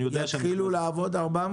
התחילו לעבוד 460 אנשים?